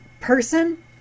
person